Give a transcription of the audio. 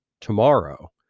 tomorrow